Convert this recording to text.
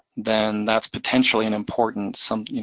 then that's potentially an important, so you